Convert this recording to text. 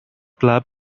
club